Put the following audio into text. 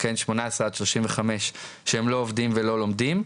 בגילאי שמונה עשרה עד עשרים וחמש שהם לא עובדים ולא לומדים.